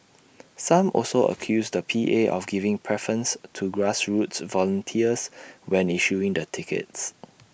some also accused the P A of giving preference to grassroots volunteers when issuing the tickets